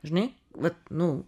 žinai vat nu